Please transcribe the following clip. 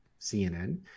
CNN